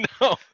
No